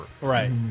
Right